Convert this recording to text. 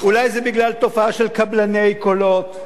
אולי זה בגלל תופעה של קבלני קולות,